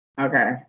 okay